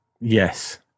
Yes